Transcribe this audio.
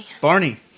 Barney